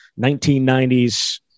1990s